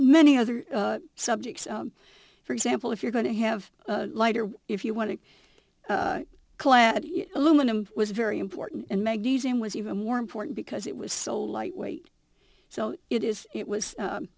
many other subjects for example if you're going to have lighter if you want to clad aluminum was very important and magnesium was even more important because it was so lightweight so it is it